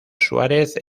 suárez